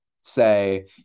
say